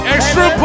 Extra